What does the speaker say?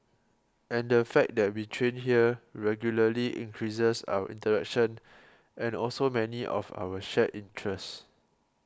and the fact that we train here regularly increases our interaction and also many of our shared interests